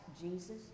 Jesus